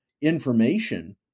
information